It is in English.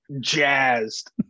jazzed